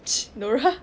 s~ nora